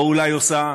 או אולי עושה.